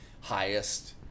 highest